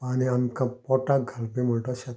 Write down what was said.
आनी आमकां पोटाक घालपी म्हूण तो शेतकार